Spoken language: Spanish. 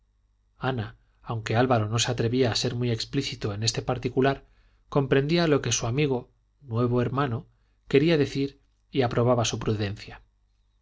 ana aunque álvaro no se atrevía a ser muy explícito en este particular comprendía lo que su amigo nuevo hermano quería decir y aprobaba su prudencia